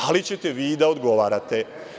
Ali, ćete vi i da odgovarate.